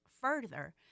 further